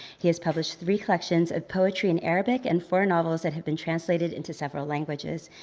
he has published three collections of poetry in arabic, and four novels that have been translated into several languages.